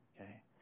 okay